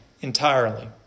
entirely